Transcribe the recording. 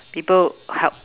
people help